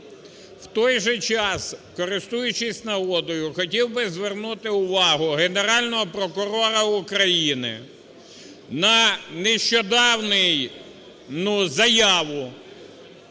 В той же час, користуючись нагодою, хотів би звернути увагу Генерального прокурора України на нещодавну заяву